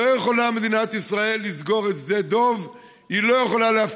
מדינת ישראל לא יכולה לסגור את שדה דב,